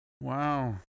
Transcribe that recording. Wow